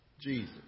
Jesus